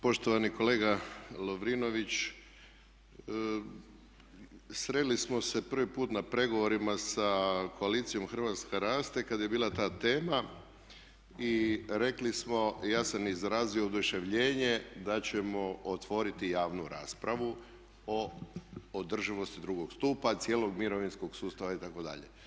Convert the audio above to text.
Poštovani kolega Lovrinović, sreli smo se prvi put na pregovorima sa koalicijom Hrvatska raste kad je bila ta tema i rekli smo, ja sam izrazio oduševljenje da ćemo otvoriti javnu raspravu o održivosti drugog stupa, cijelog mirovinskog sustava itd.